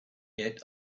yet